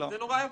זה נורא יפה.